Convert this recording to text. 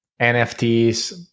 NFTs